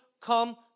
come